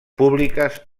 públiques